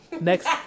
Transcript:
next